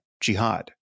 jihad